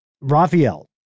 Raphael